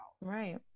Right